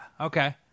okay